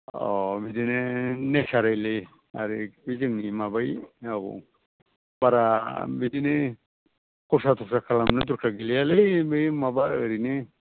अ बिदिनो नेचारेलि आरो बेखि जों जुदि माबायो मावो बारा बिदिनो खरसा तर्सा खालामनो दरखार गैलियालै बै माबा ओरैनो